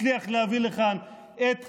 הצליח להביא לכאן את החיסונים.